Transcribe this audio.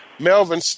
Melvin